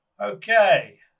Okay